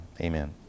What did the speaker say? Amen